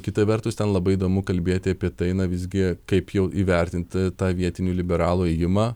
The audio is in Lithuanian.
kita vertus ten labai įdomu kalbėti apie tai na visgi kaip jau įvertinti tą vietinių liberalų ėjimą